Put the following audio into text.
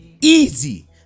easy